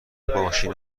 ماشین